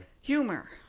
Humor